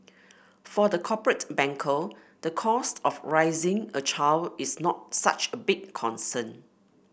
for the corporate banker the cost of raising a child is not such a big concern